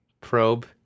probe